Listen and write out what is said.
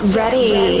ready